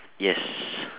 yes